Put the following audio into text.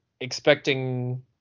expecting